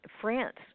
France